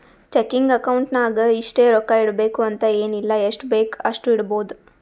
checking account ನಾಗ್ ಇಷ್ಟೇ ರೊಕ್ಕಾ ಇಡಬೇಕು ಅಂತ ಎನ್ ಇಲ್ಲ ಎಷ್ಟಬೇಕ್ ಅಷ್ಟು ಇಡ್ಬೋದ್